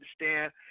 understand